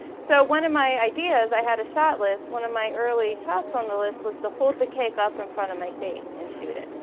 so one of my ideas, i had a shot list. one of my early shots on the list was to hold the cake up in front of my face and shoot it,